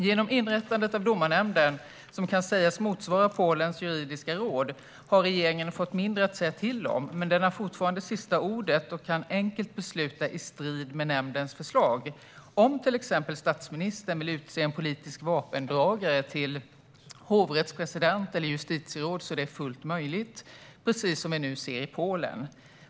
Genom inrättandet av Domarnämnden, som kan sägas motsvara Polens juridiska råd, har regeringen fått mindre att säga till om. Men man har fortfarande sista ordet och kan enkelt besluta i strid med nämndens förslag. Om till exempel statsministern vill utse en politisk vapendragare till hovrättspresident eller justitieråd är det fullt möjligt, precis som vi nu ser i Polen.